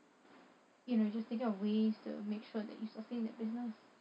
you know just thinking of ways to make sure that you sustain that business